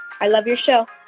i love your show.